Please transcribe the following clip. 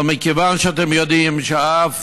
אבל מכיוון שאתם יודעים שאף